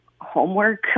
homework